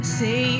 say